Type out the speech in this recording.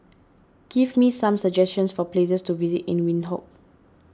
give me some suggestions for places to visit in Windhoek